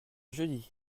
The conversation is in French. jeudi